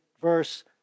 verse